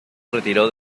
retiró